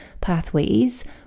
pathways